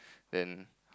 then